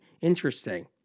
Interesting